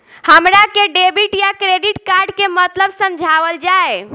हमरा के डेबिट या क्रेडिट कार्ड के मतलब समझावल जाय?